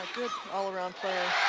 good all-around